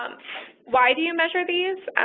why do you measure these?